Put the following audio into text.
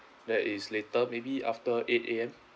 there is later maybe after eight A_M